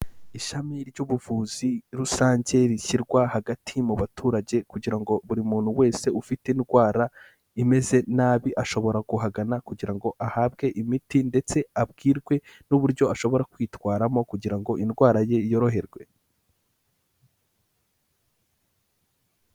Ishami ry'ubuvuzi rusange rishyirwa hagati mu baturage kugira ngo buri muntu wese ufite indwara imeze nabi, ashobora kuhagana kugira ngo ahabwe imiti ndetse abwirwe n'uburyo ashobora kwitwaramo kugira ngo indwara ye yoroherwe.